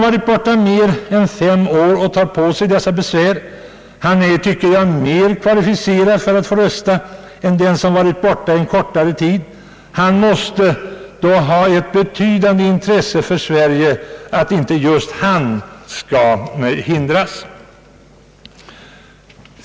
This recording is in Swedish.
Han är, tycker jag, mer kvalificerad för att få rösta än den som varit borta en kortare tid. Han måste då ha ett så betydande intresse för Sverige att inte just han bör hindras.